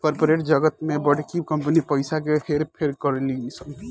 corporate जगत में बड़की कंपनी पइसा के हेर फेर करेली सन